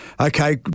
Okay